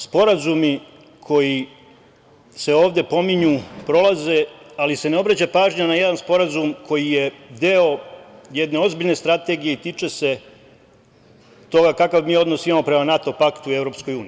Sporazumi koji se ovde pominju prolaze, ali se ne obraća pažnja na jedan sporazum koji je deo jedne ozbiljne strategije i tiče se toga kakav mi odnos imamo prema NATO paktu i EU.